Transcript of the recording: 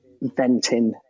venting